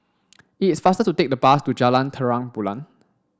it's faster to take the bus to Jalan Terang Bulan